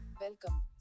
welcome